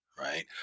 right